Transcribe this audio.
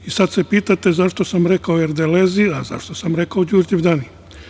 I sad se pitate zašto sam rekao "erdelezi" a zašto sam rekao "đurđevdani"